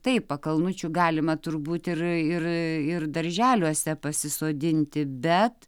taip pakalnučių galima turbūt ir ir ir darželiuose pasisodinti bet